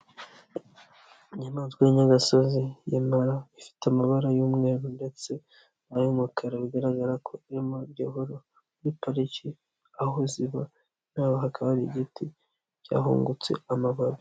Inyamaswa y'inyayagasozi y'impara, ifite amabara y'umweru ndetse n'ay'umukara bigaragara ko iri muri pariki aho ziba, naho hakaba hari igiti cyahungutse amababi.